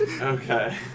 Okay